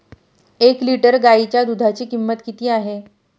एक लिटर गाईच्या दुधाची किंमत किती आहे?